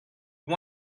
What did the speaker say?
you